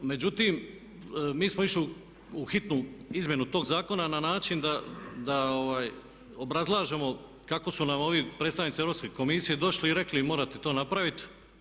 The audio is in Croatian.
Međutim, mi smo išli u hitnu izmjenu tog zakona na način da obrazlažemo kako su nam ovi predstavnici Europske komisije došli i rekli morate to napraviti.